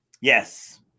Yes